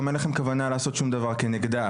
גם אין לכם כוונה לעשות שום דבר כנגדה,